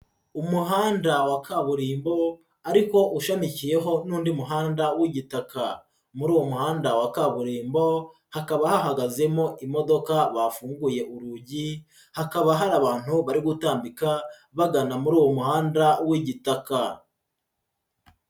Umuhanda wa kaburimbo, ariko ushamikiyeho n'undi muhanda w'igitaka. Muri uwo muhanda wa kaburimbo, hakaba hahagazemo imodoka bafunguye urugi, hakaba hari abantu bari gutambika bagana muri uwo muhanda w'igitaka.